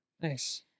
Nice